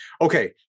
Okay